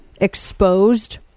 Exposed